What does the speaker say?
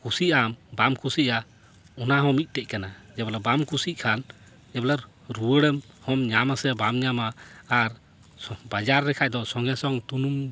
ᱠᱩᱥᱤᱜ ᱟᱢ ᱵᱟᱢ ᱠᱩᱥᱤᱜᱼᱟ ᱚᱱᱟ ᱦᱚᱸ ᱢᱤᱫᱴᱮᱡ ᱠᱟᱱᱟ ᱡᱮ ᱵᱚᱞᱮ ᱵᱟᱢ ᱠᱩᱥᱤᱜ ᱠᱷᱟᱱ ᱡᱮᱵᱚᱞᱮ ᱨᱩᱣᱟᱹᱲᱮᱢ ᱦᱚᱢ ᱧᱟᱢ ᱟᱥᱮ ᱵᱟᱢ ᱧᱟᱢᱟ ᱟᱨ ᱥᱚ ᱵᱟᱡᱟᱨ ᱨᱮᱠᱷᱟᱡ ᱫᱚ ᱥᱚᱸᱜᱮ ᱥᱚᱝ ᱛᱩᱱᱩᱢ